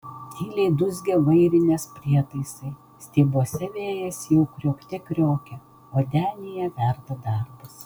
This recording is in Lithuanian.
tyliai dūzgia vairinės prietaisai stiebuose vėjas jau kriokte kriokia o denyje verda darbas